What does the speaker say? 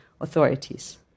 authorities